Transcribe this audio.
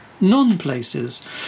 non-places